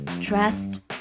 trust